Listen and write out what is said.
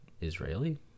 Israeli